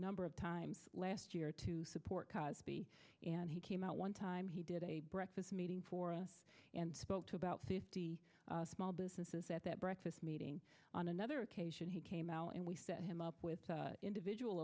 number of times last year to support and he came out one time he did a breakfast meeting for us and spoke to about small businesses at that breakfast meeting on another occasion he came out and we set him up with individual